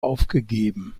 aufgegeben